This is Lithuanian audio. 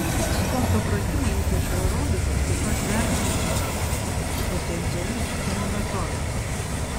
sporto pratimai ypač aerobikos taip pat vertintini kaip potencialus gydymo metodas